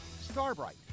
Starbright